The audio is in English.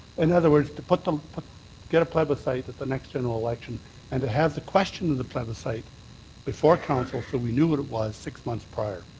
in other words, to put to put get a plebiscite at the next general election and to have the question of the plebiscite before council so we knew what it was six months prior.